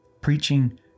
preaching